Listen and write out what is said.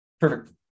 Perfect